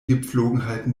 gepflogenheiten